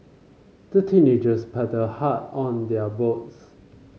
the teenagers paddled hard on their boats